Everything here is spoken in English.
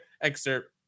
excerpt